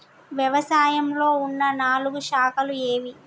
వ్యవసాయంలో ఉన్న నాలుగు శాఖలు ఏవి?